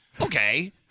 okay